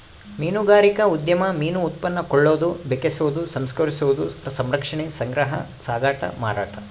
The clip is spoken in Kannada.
ಮೀನುಗಾರಿಕಾ ಉದ್ಯಮ ಮೀನು ಉತ್ಪನ್ನ ಕೊಳ್ಳೋದು ಬೆಕೆಸೋದು ಸಂಸ್ಕರಿಸೋದು ಸಂರಕ್ಷಣೆ ಸಂಗ್ರಹ ಸಾಗಾಟ ಮಾರಾಟ